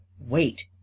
Wait